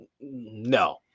no